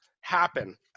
happen